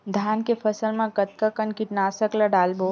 धान के फसल मा कतका कन कीटनाशक ला डलबो?